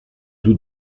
nous